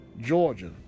Georgia